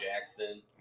Jackson